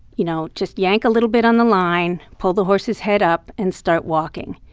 you know, just yank a little bit on the line, pull the horse's head up and start walking.